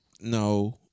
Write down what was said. No